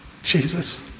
jesus